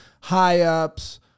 high-ups